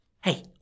Hey